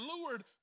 lured